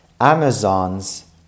Amazon's